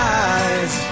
eyes